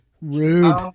rude